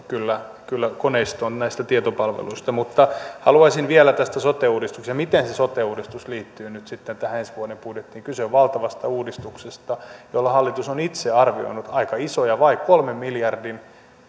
kyllä parannettuun koneistoon näistä tietopalveluista mutta haluaisin vielä tästä sote uudistuksesta todeta miten se sote uudistus liittyy nyt sitten tähän ensi vuoden budjettiin kyse on valtavasta uudistuksesta jolla hallitus on itse arvioinut olevan aika isoja vaikutuksia kolmen miljardin